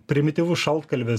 primityvus šaltkalvis